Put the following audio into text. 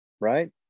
right